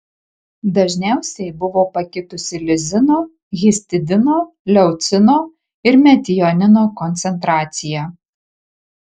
dažniausiai buvo pakitusi lizino histidino leucino ir metionino koncentracija